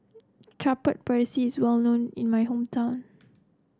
Chaat Papri is well known in my hometown